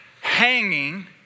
hanging